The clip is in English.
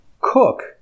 cook